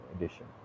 edition